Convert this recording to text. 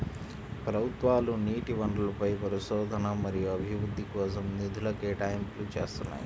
ప్రభుత్వాలు నీటి వనరులపై పరిశోధన మరియు అభివృద్ధి కోసం నిధుల కేటాయింపులు చేస్తున్నాయి